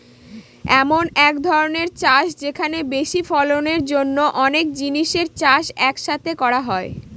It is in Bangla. এমন এক ধরনের চাষ যেখানে বেশি ফলনের জন্য অনেক জিনিসের চাষ এক সাথে করা হয়